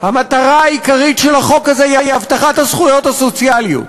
המטרה העיקרית של החוק הזה היא הבטחת הזכויות הסוציאליות,